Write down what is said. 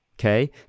okay